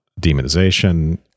demonization